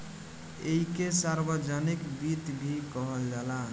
ऐइके सार्वजनिक वित्त भी कहल जाला